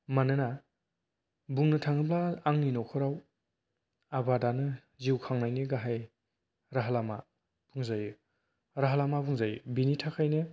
मानोना बुंनो थाङोब्ला आंनि नखराव आबादानो जिउ खांनायनि गाहाइ राहा लामा बुंजायो राहा लामा बुंजायो बिनि थाखायनो